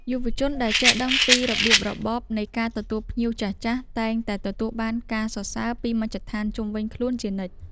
យុវជនដែលចេះដឹងពីរបៀបរបបនៃការទទួលភ្ញៀវចាស់ៗ តែងតែទទួលបានការសរសើរពីមជ្ឈដ្ឋានជុំវិញខ្លួនជានិច្ច។